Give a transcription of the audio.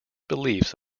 beliefs